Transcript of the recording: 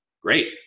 great